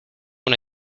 una